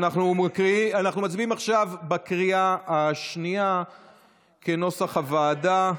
אנחנו מצביעים עכשיו בקריאה השנייה כנוסח הוועדה.